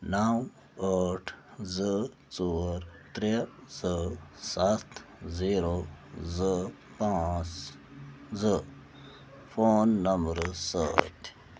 نَو ٲٹھ زٕ ژور ترٛےٚ زٕ سَتھ زیٖرو زٕ پانٛژھ زٕ فون نمبرٕ سۭتۍ